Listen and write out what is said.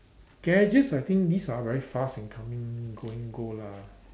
gadgets I think these are very fast and coming going go lah